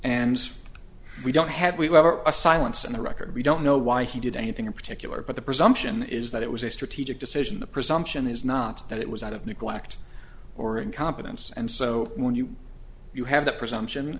and we don't have a silence on the record we don't know why he did anything in particular but the presumption is that it was a strategic decision the presumption is not that it was out of neglect or incompetence and so when you you have the presumption